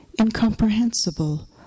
incomprehensible